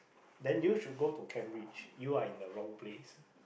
then you should go to Cambridge you are in the wrong place